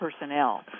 personnel